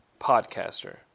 podcaster